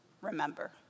remember